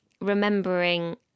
remembering